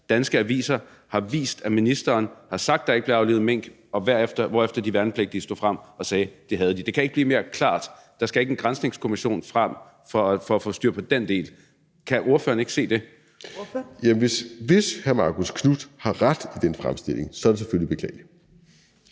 danske aviser har vist, at ministeren har sagt, at der ikke blev aflivet mink, hvorefter de værnepligtige stod frem og sagde, at det havde de. Det kan ikke blive mere klart – der skal ikke en granskningskommission til for at få styr på den del. Kan ordføreren ikke se det? Kl. 13:59 Fjerde næstformand (Trine Torp): Ordføreren. Kl.